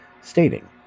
stating